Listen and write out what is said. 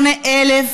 198,000